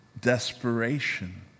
desperation